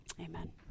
Amen